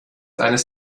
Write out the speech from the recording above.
eines